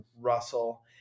Russell